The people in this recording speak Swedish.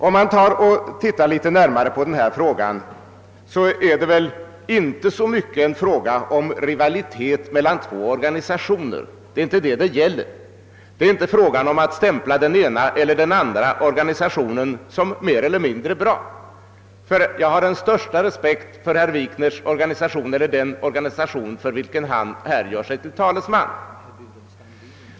Om man ser litet närmare på denna fråga, finner man väl att den inte så mycket rör sig om rivalitet mellan två organisationer. Det är inte fråga om att stämpla den ena eller den andra organisationen som mer eller mindre bra. Jag har den största respekt för den organisation, för vilken herr Wikner här gör sig till talesman.